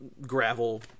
gravel